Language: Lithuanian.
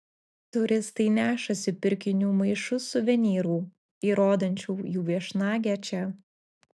turistai nešasi pirkinių maišus suvenyrų įrodančių jų viešnagę čia